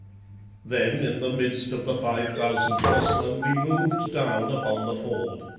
then, in the midst of the five thousand horsemen, we moved down upon the ford.